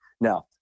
Now